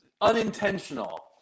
unintentional